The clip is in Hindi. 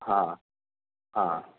हाँ हाँ